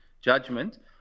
judgment